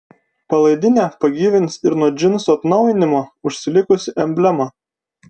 palaidinę pagyvins ir nuo džinsų atnaujinimo užsilikusi emblema